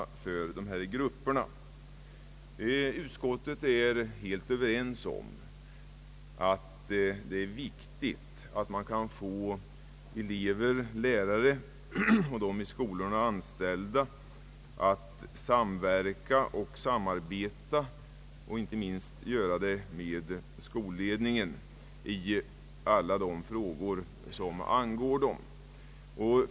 Utskottet är helt överens om att det är viktigt att man kan få elever, lärare och de i skolorna anställda att samverka och samarbeta, inte minst med skolledningen, i alla de frågor som angår dem.